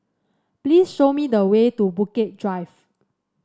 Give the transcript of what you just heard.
please show me the way to Bukit Drive